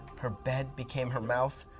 her bed became her mouth,